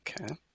Okay